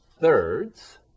thirds